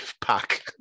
pack